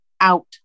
out